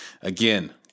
Again